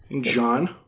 John